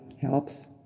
helps